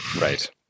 Right